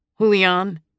Julian